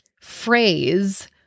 phrase